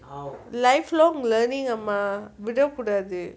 lifelong learning அம்மா விட கூடாது:amma vida kuudaathu